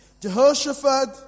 Jehoshaphat